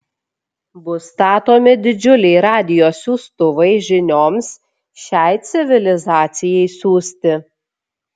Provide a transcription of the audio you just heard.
bus statomi didžiuliai radijo siųstuvai žinioms šiai civilizacijai siųsti